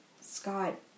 scott